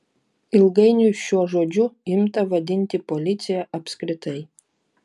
ilgainiui šiuo žodžiu imta vadinti policiją apskritai